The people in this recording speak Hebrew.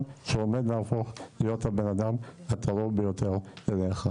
שעומד להפוך לאדם הקרוב ביותר אליו.